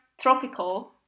tropical